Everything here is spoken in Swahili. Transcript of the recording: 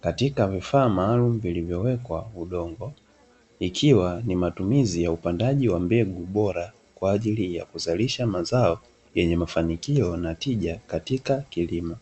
katika vifaa maalumu vilivyowekwa udongo, ikiwa ni matumizi ya upandaji wa mbegu bora kwa ajili ya kuzalisha mazao yenye mafanikio na tija katika kilimo.